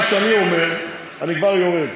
מה שאני אומר, אני כבר יורד.